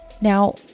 Now